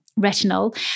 retinol